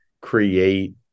create